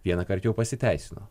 vienąkart jau pasiteisino